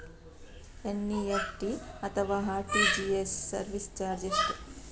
NEFT ಅಥವಾ RTGS service charge ಎಷ್ಟು?